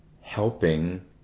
helping